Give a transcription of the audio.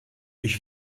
ich